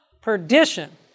perdition